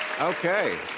Okay